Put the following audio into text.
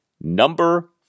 Number